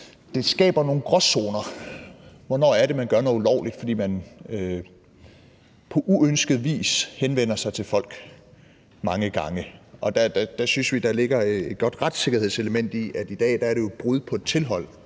så skaber det nogle gråzoner. Hvornår er det, man gør noget ulovligt, fordi man på uønsket vis henvender sig til folk mange gange? Vi synes, at der ligger et godt retssikkerhedsmæssigt element i, at det jo i dag er et brud på et tilhold,